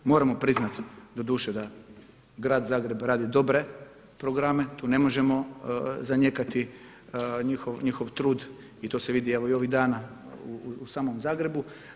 Moramo priznati doduše da grad Zagreb radi dobre programe, tu ne možemo zanijekati njihov trud i to se vidi evo i ovih dana u samo Zagrebu.